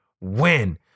win